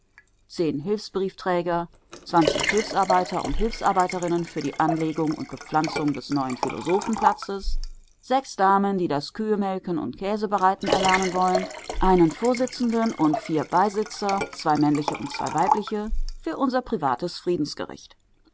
zehn hilfsbriefträger zwanzig hilfsarbeiter und hilfsarbeiterinnen für die anlegung und bepflanzung des neuen philosophenplatzes sechs damen die das kühemelken und käsebereiten erlernen wollen einen vorsitzenden und vier beisitzer zwei männliche und zwei weibliche für unser privates friedensgericht